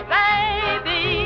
baby